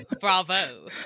Bravo